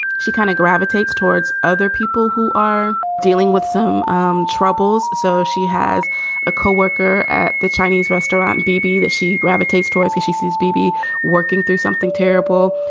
she kind of gravitates towards other people who are dealing with some um troubles. so she has a coworker at the chinese restaurant, beeby, that she gravitates towards. she sees bebe working through something terrible.